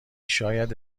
شاید